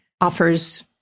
offers